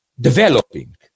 developing